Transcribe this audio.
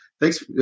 thanks